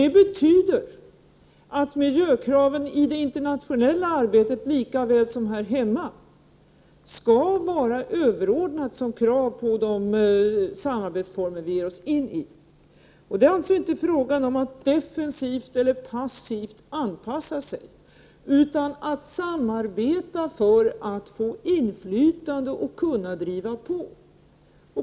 Det betyder att miljökraven i det internationella arbetet lika väl som här hemma skall vara ett överordnat krav i det samarbete vi ger oss in i. Det är alltså inte fråga som om att defensivt eller passivt anpassa sig utan att samarbeta för att få inflytande och kunna driva på.